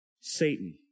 Satan